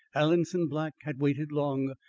alanson black had waited long,